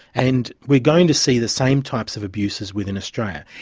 and we're going to see the same types of abuses within australia.